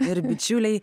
ir bičiuliai